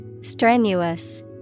Strenuous